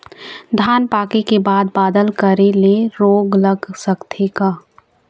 धान पाके के बाद बादल करे ले रोग लग सकथे का?